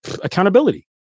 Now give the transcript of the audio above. accountability